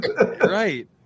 Right